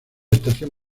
estación